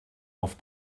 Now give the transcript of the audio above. off